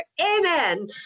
Amen